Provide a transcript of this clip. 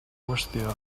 qüestió